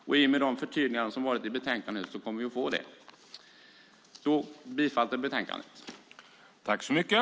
I och med förtydligandena i betänkandet kommer vi att få det. Jag yrkar bifall till utskottets förslag i betänkandet.